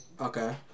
Okay